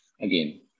again